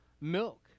milk